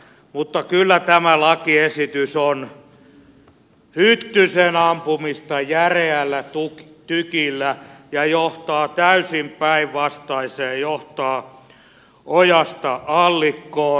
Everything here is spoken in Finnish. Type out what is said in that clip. mutta kyllä tämä lakiesitys on hyttysen ampumista järeällä tykillä ja johtaa täysin päinvastaiseen ojasta allikkoon